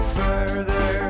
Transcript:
further